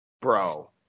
Bro